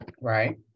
Right